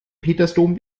petersdom